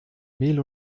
mehl